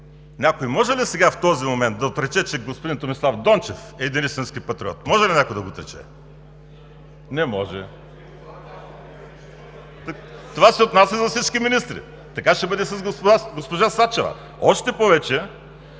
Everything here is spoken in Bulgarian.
Някой може ли сега, в този момент, да отрече, че господин Томислав Дончев е един истински патриот? Може ли някой да го отрече? Не може! (Шум и реплики.) Това се отнася за всички министри. Така ще бъде и с госпожа Сачева. Още повече